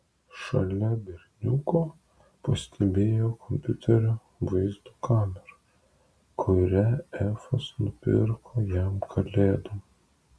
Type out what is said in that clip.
šalia berniuko pastebėjo kompiuterio vaizdo kamerą kurią efas nupirko jam kalėdoms